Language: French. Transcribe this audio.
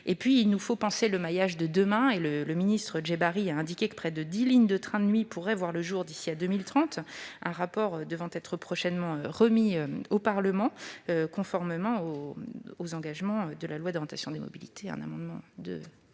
Enfin, il nous faut penser le maillage de demain. Le ministre Djebbari a indiqué que près de dix lignes de trains de nuit pourraient voir le jour d'ici à 2030. Un rapport devrait être prochainement remis au Parlement, conformément aux engagements de la loi d'orientation des mobilités